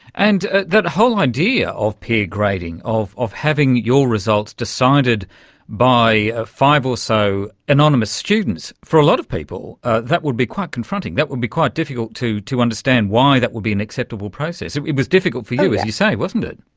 and that whole idea of peer grading, of of having your results decided by five or so anonymous students, for a lot of people that would be quite confronting, that would be quite difficult to to understand why that would be unacceptable process. it it was difficult for you, as you say, wasn't it.